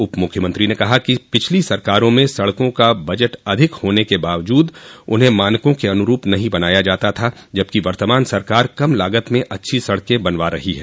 उपमुख्यमंत्री ने कहा कि पिछली सरकारों में सड़कों का बजट अधिक होने के बावजूद उन्हें मानका के अनुरूप नहीं बनाया जाता था जबकि वर्तमान सरकार कम लागत में अच्छी सड़कें बनवा रही हैं